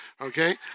okay